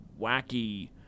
wacky